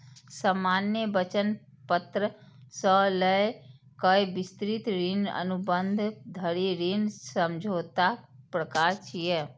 सामान्य वचन पत्र सं लए कए विस्तृत ऋण अनुबंध धरि ऋण समझौताक प्रकार छियै